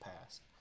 past